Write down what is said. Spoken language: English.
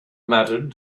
mattered